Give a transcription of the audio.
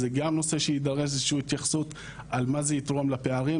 זה גם נושא שתידרש איזושהי התייחסות על מה זה יתרום לפערים.